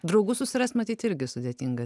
draugų susirast matyt irgi sudėtinga